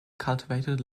cultivated